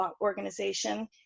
Organization